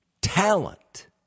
Talent